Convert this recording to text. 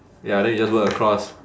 ya then you just work across